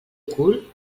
cul